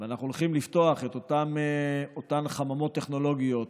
אנחנו הולכים לפתוח את אותן חממות טכנולוגיות